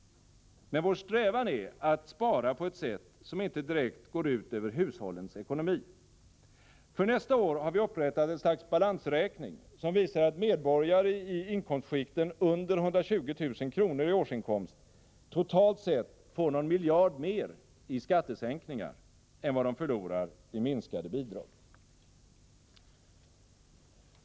Vår strävan är att spara på ett sätt som inte direkt går ut över hushållens ekonomi. För nästa år har vi upprättat ett slags balansräkning, som visar att medborgare i inkomstskikten under 120 000 kr. i årsinkomst totalt sett får någon miljard mer i skattesänkningar än vad de förlorar i minskade bidrag.